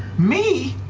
me?